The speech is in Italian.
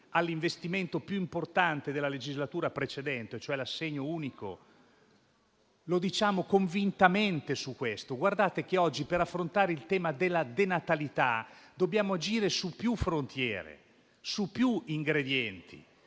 all'investimento più importante della legislatura precedente, cioè l'assegno unico. Lo diciamo convintamente: guardate che oggi per affrontare il tema della denatalità dobbiamo agire su più fronti e con più ingredienti.